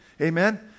Amen